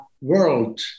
world